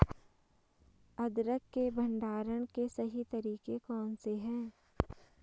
अदरक के भंडारण के सही तरीके कौन से हैं?